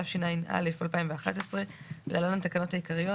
תשע"א-2011 (להלן - התקנות העיקריות),